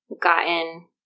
gotten